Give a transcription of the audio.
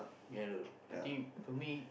yeah I don't know I think for me